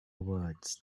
words